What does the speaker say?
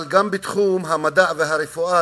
אבל גם בתחום המדע והרפואה,